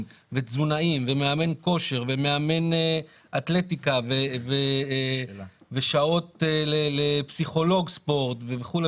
ותזונאים ומאמן כושר ומאמן אתלטיקה ושעות לפסיכולוג ספורט וכו',